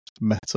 meta